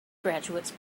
graduates